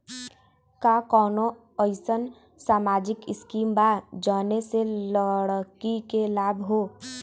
का कौनौ अईसन सामाजिक स्किम बा जौने से लड़की के लाभ हो?